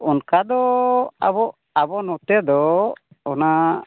ᱚᱱᱠᱟ ᱫᱚ ᱟᱵᱚ ᱟᱵᱚ ᱱᱚᱛᱮ ᱫᱚ ᱚᱱᱟ